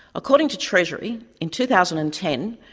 according to treasury, in two thousand and ten,